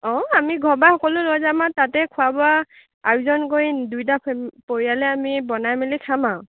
অঁ আমি ঘৰৰ পৰা সকলো লৈ যাম আৰু তাতে খোৱা বোৱা আয়োজন কৰি দুয়োটা ফেম পৰিয়ালে আমি বনাই মেলি খাম আৰু